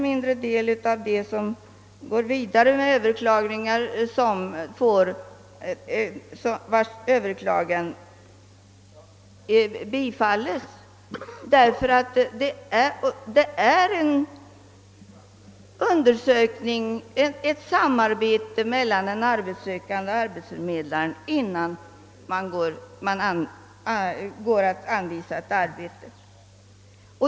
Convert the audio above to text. Det förekommer vidare i ännu mindre utsträckning att överklagningar bifalles i de ärenden, som går till vidare behandling. Det förekommer nämligen ett samarbete mellan den arbetssökande och arbetsförmedlaren innan denne anvisar ett arbete.